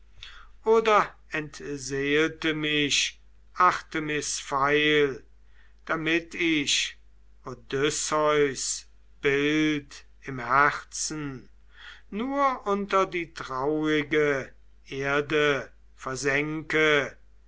oder entseelte mich artemis pfeil damit ich odysseus bild im herzen nur unter die traurige erde versänke